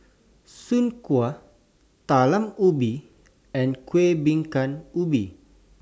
Soon Kway Talam Ubi and Kuih Bingka Ubi